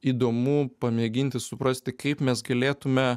įdomu pamėginti suprasti kaip mes galėtume